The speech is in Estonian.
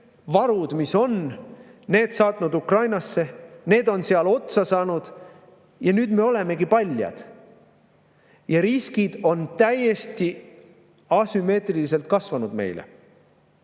varud ja saatnud Ukrainasse. Need on seal otsa saanud ja nüüd me olemegi paljad. Ja riskid on täiesti asümmeetriliselt kasvanud meil.